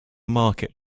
market